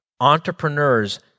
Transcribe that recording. Entrepreneurs